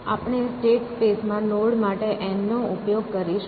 આપણે state space માં node માટે n નો ઉપયોગ કરીશું